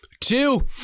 two